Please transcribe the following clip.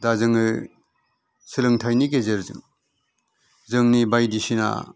दा जोङो सोलोंथाइनि गेजेरजों जोंनि बायदिसिना